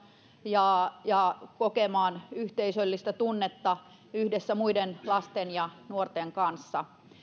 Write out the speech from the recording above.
ja ja kokemaan yhteisöllistä tunnetta yhdessä muiden lasten ja nuorten kanssa